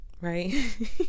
right